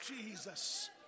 Jesus